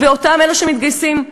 ואותם אלו שמתגייסים,